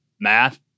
Math